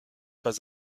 pas